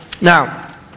now